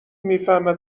میفهمه